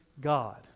God